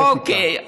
אוקיי.